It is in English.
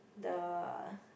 the